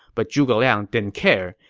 but zhuge liang didn't care.